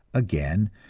again,